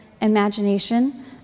imagination